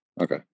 Okay